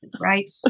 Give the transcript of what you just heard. right